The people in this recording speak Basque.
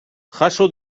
jaso